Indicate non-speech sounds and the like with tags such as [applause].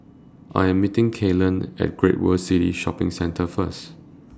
[noise] I Am meeting Kylan At Great World City Shopping Centre First